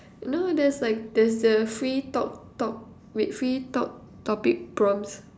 no there's like there's the free talk talk wait free talk topic prompts